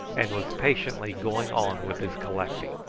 and was patiently going on with his collecting.